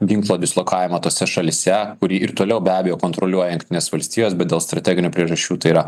ginklo dislokavimą tose šalyse kurį ir toliau be abejo kontroliuoja jungtinės valstijos bet dėl strateginių priežasčių tai yra